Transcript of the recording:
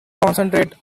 concentrate